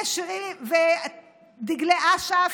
ודגלי אש"ף,